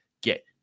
get